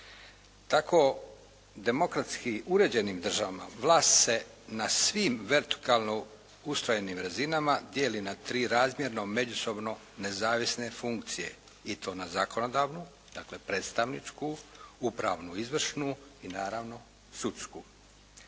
Tako demokratski uređenim državama vlast se na svim vertikalno ustrojenim razinama dijeli na tri razmjerno međusobno nezavisne funkcije i to na zakonodavnu, dakle predstavničku, upravnu izvršnu i naravno sudsku.